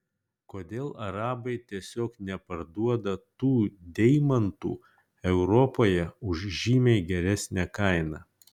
kodėl arabai tiesiog neparduoda tų deimantų europoje už žymiai geresnę kainą